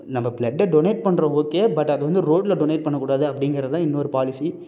நம்ம ப்ளெட்டை டொனேட் பண்றோம் ஓகே பட் அது வந்து ரோட்டில் டொனேட் பண்ணக் கூடாது அப்படிங்கிறது தான் இன்னொரு பாலிசி